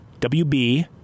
WB